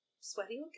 sweaty